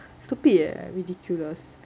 stupid eh ridiculous